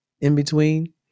in-between